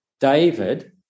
David